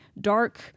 dark